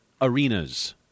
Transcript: arenas